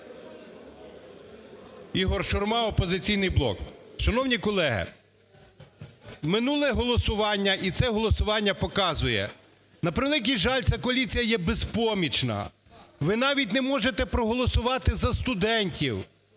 ІгорШурма, "Опозиційний блок". Шановні колеги, минуле голосування і це голосування показує, на превеликий жаль, ця коаліція є безпомічна. Ви навіть не можете проголосувати за студентів,